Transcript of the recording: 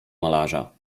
malarza